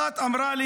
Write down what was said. אחת אמרה לי,